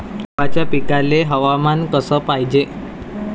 गव्हाच्या पिकाले हवामान कस पायजे?